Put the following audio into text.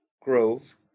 Grove